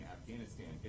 Afghanistan